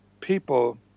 people